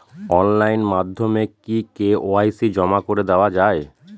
Online মাধ্যমে কি KYC জমা করে দেওয়া য়ায়?